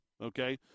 okay